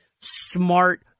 smart